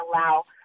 allow